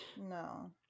No